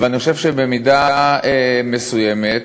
ואני חושב שבמידה מסוימת,